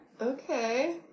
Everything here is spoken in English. Okay